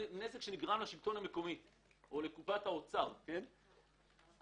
שנגרם לשלטון המקומי או לאוצר מכל ההשלכות,